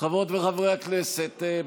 חברות וחברי הכנסת,